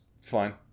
fine